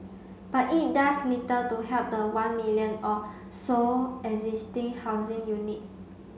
but it does little to help the one million or so existing housing unit